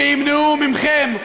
שימנעו מכם,